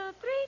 three